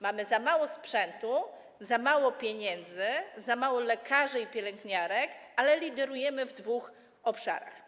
Mamy za mało sprzętu, za mało pieniędzy, za mało lekarzy i pielęgniarek, ale liderujemy w dwóch obszarach.